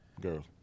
girls